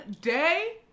day